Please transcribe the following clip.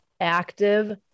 active